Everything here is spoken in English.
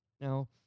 Now